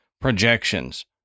projections